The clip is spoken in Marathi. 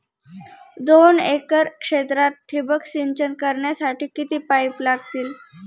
दोन एकर क्षेत्रात ठिबक सिंचन करण्यासाठी किती पाईप लागतील?